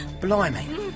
Blimey